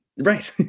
Right